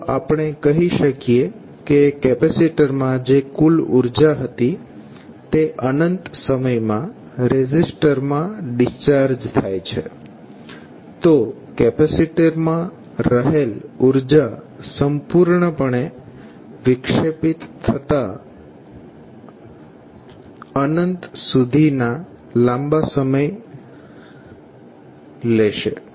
તો આપણે કહી શકીએ કે કેપેસીટરમાં જે કુલ ઉર્જા હતી તે અનંત સમયમાં રેઝિસ્ટરમાં ડિસ્ચાર્જ થાય છે તો કેપેસીટરમાં રહેલ ઉર્જા સંપૂર્ણપણે વિક્ષેપિત થતા અનંત સુધીનો લાંબો સમય લેશે